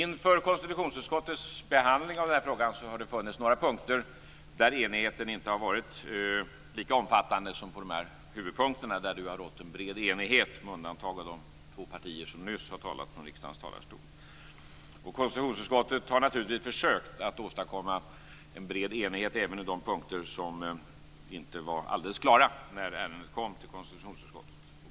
Inför konstitutionsutskottets behandling av frågan har det funnits några punkter där enigheten inte har varit lika omfattande som på huvudpunkterna, där det rått bred enighet - med undantag av de två partier vars representanter nyss talat här i riksdagens talarstol. Konstitutionsutskottet har naturligtvis försökt att åstadkomma en bred enighet även på de punkter som inte var alldeles klara när ärendet kom till konstitutionsutskottet.